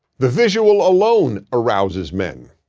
the visual alone arouses men.